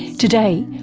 today,